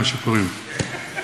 מה שקוראים,